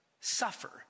suffer